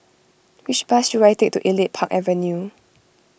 which bus should I take to Elite Park Avenue